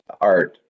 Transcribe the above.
art